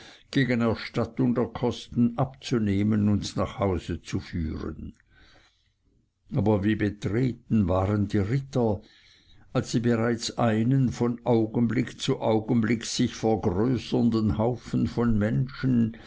gegen erstattung der kosten abzunehmen und nach hause zu führen aber wie betreten waren die ritter als sie bereits einen von augenblick zu augenblick sich vergrößernden haufen von menschen